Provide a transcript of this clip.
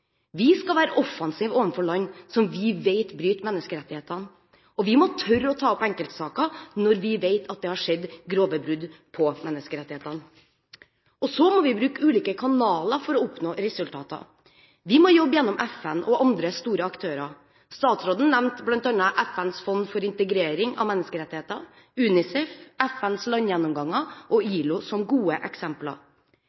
Vi skal være offensive overfor land som vi vet bryter menneskerettighetene, og vi må tørre å ta opp enkeltsaker når vi vet at det har skjedd grove brudd på menneskerettighetene. Vi må bruke ulike kanaler for å oppnå resultater. Vi må jobbe gjennom FN og andre store aktører. Statsråden nevnte bl.a. FNs fond for integrering av menneskerettigheter, UNICEF, FNs landgjennomgang og